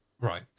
Right